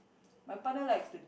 my partner likes to